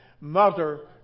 mother